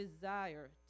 desire